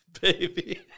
baby